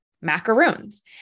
macaroons